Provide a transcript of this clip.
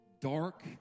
dark